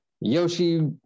Yoshi